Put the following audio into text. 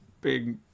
big